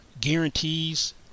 guarantees